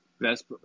best